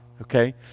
okay